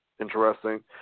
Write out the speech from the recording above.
interesting